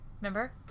Remember